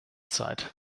zeit